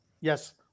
Yes